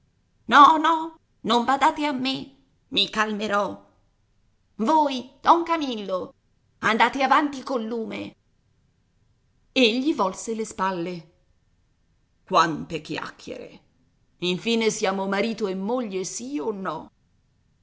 no no non badate a me mi calmerò voi don camillo andate avanti col lume egli volse le spalle quante chiacchiere infine siamo marito e moglie sì o no